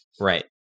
Right